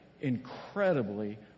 incredibly